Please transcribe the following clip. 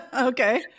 Okay